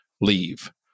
leave